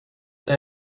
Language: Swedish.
det